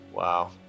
Wow